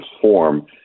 form